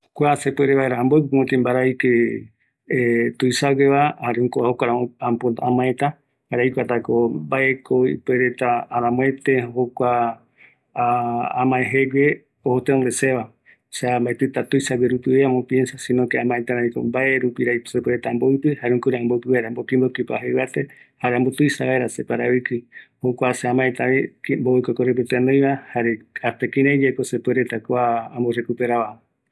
Kua ayapo vaera mbaravɨvɨ renda, jaeko ngara tuisa vare voi ämaë, amboɨpɨta misiraɨ ndive, aikuatavi mbovɨko anoï korepoti amboɨpɨ vara, amaereve kua arajatako tenonde tuisa vaera